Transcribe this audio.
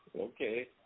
Okay